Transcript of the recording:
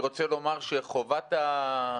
אני רוצה לומר שחובת העדכון